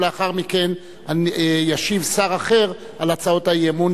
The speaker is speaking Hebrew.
ולאחר מכן ישיב שר אחר על הצעות האי-אמון